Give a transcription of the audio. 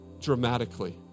Dramatically